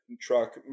truck